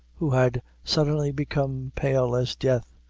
who had suddenly become pale as death.